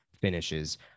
finishes